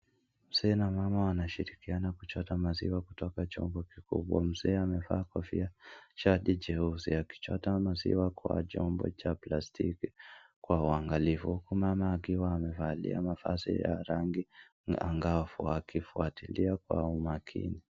Mzee na mama wanashirikiana kuchota maziwa kutoka chombo kikubwa, mzee amevaa kofia, shati jeusi akichota maziwa kwa chombo cha plastiki kwa uangalifu, huku mama akiwa amevalia mavazi ya rangi angavu akifuatilia kwa umakini.